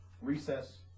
Recess